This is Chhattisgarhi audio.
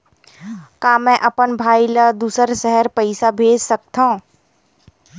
का मैं अपन भाई ल दुसर शहर पईसा भेज सकथव?